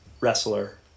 wrestler